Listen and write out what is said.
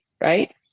right